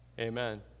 Amen